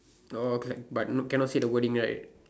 oh okay but no cannot see the wording right